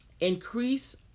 increase